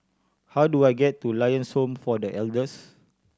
how do I get to Lions Home for The Elders